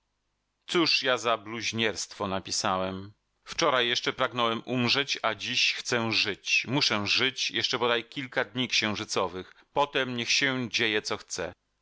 cóż ja za bluźnierstwo napisałem wczoraj jeszcze pragnąłem umrzeć a dziś chcę żyć muszę żyć jeszcze bodaj kilka dni księżycowych potem niech się dzieje co chce